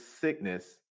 sickness